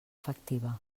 efectiva